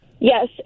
Yes